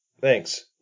Thanks